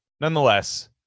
nonetheless